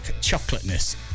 chocolateness